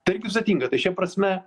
tai irgi sudėtinga tai šia prasme